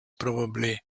probably